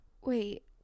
wait